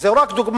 זאת רק דוגמה